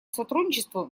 сотрудничеству